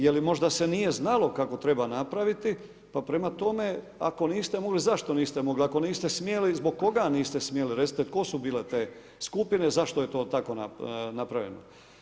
Je li možda se nije znalo kako treba napraviti pa prema tome, ako niste mogli, zašto niste mogli, ako niste smjeli, zbog koga niste smjeli, recite tko su bile te skupine, zašto je to tako napravljeno?